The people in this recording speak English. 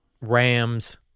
Rams